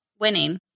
winning